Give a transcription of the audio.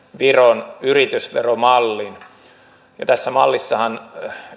viron yritysveromallin tässä mallissahan